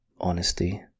honesty